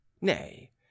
nay